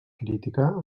criticar